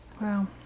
Wow